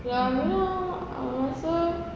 kalau you know I rasa